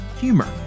humor